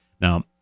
Now